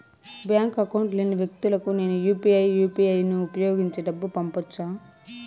Bank account లేని వ్యక్తులకు నేను యు పి ఐ యు.పి.ఐ ను ఉపయోగించి డబ్బు పంపొచ్చా?